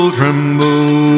tremble